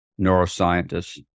neuroscientists